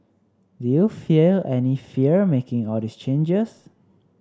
did you feel any fear making all these changes